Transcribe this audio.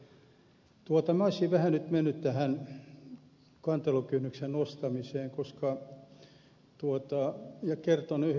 minä olisin vähän nyt mennyt tähän kantelukynnyksen nostamiseen ja kertonut yhden tarinan